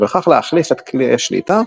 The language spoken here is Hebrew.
ובכך להחליף את כלי השליטה,